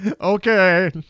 Okay